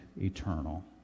eternal